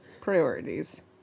Priorities